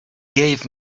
gave